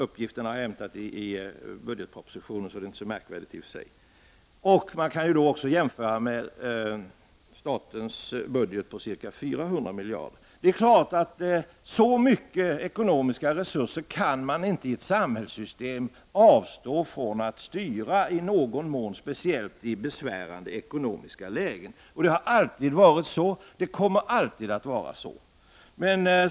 Uppgiften har jag hämtat i budgetpropositionen. Man kan då också jämföra med statens budget på ca 400 miljarder. Det är klart att man i ett samhällssystem inte kan avstå från att i någon mån styra sådana ekonomiska resurser, speciellt inte i besvärande ekonomiska lägen. Det har alltid varit så, och det kommer alltid att vara så.